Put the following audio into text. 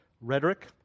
rhetoric